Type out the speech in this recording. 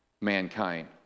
mankind